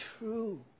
true